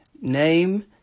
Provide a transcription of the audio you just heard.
Name